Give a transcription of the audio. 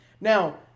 now